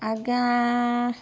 ଆଜ୍ଞା